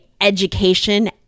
education